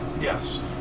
Yes